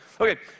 Okay